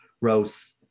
rose